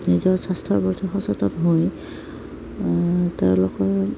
নিজৰ স্বাস্থ্যৰ প্ৰতি সচেতন হৈ তেওঁলোকৰ